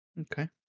Okay